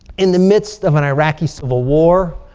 in the midst of an iraqi civil war.